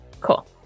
cool